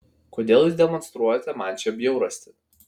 kodėl jūs demonstruojate man šią bjaurastį